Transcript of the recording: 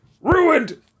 ruined